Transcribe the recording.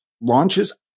launches